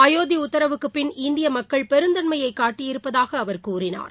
அயோத்தி உத்தரவுக்குப்பின் இந்திய மக்கள் பெருந்தன்மையைக் காட்டியிருப்பதாக அவர் கூறினார்